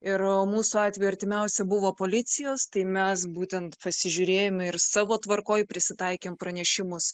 ir mūsų atveju artimiausia buvo policijos tai mes būtent pasižiūrėjome ir savo tvarkoj prisitaikėm pranešimus